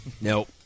nope